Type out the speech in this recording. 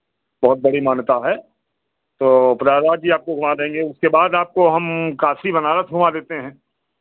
बहुत बड़ी मान्यता है तो प्रयागराज भी आपको घुमा देंगे उसके बाद आपको हम काशी बनारस घुमा देते हैं